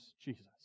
Jesus